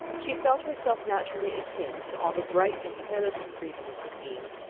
she felt herself naturally akin to all the bright and careless freedom of the scene.